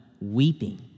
weeping